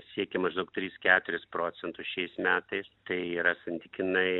siekia maždaug tris keturis procentus šiais metais tai yra santykinai